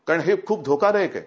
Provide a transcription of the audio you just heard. कारण हे ख्रप धोका दायक आहे